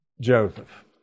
Joseph